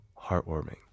heartwarming